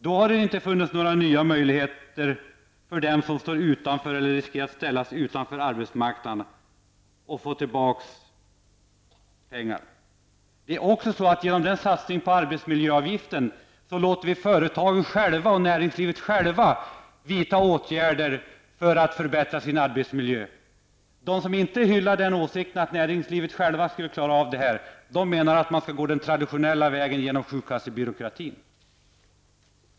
Då hade det inte funnits några möjligheter för dem som står utanför eller riskerar att ställas utanför arbetsmarknaden att få tillbaka pengar. Genom att satsa på arbetsmiljöavgift låter vi företagen själva vidta åtgärder för att förbättra sin arbetsmiljö. De som inte hyllar åsikten att näringslivet självt skall klara det här menar att man skall gå den traditionella vägen genom sjukkassebyråkratin.